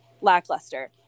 lackluster